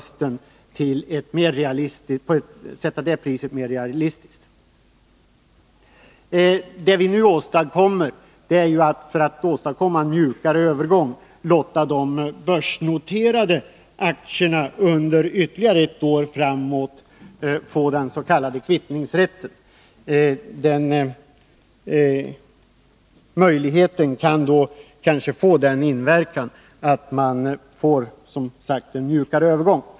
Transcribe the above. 75 Det vi nu åstadkommer är att låta den s.k. kvittningsrätten gälla för börsnoterade aktier under ytterligare ett år framåt. Den möjligheten kan kanske innebära att vi får en mjukare övergång.